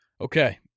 Okay